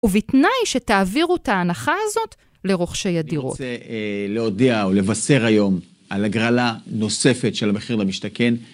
ובתנאי שתעבירו את ההנחה הזאת לרוכשי הדירות. אני רוצה להודיע או לבשר היום על הגרלה נוספת של מחיר למשתכן